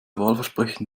wahlversprechen